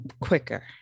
quicker